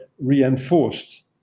reinforced